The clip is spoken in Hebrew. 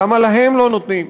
למה להם לא נותנים?